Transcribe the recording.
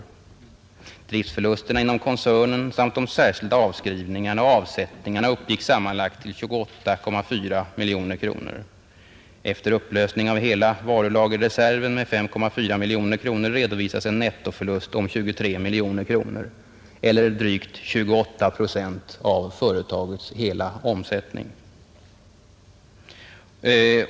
Driftsförlusterna inom koncernen samt de särskilda avskrivningarna och avsättningarna uppgick sammanlagt till 28,4 mkr, Efter upplösning av hela varulagerreserven med 5,4 mkr redovisas en nettoförlust om 23 mkr.” Det är drygt 28 procent av företagets hela omsättning.